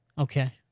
Okay